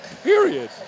Period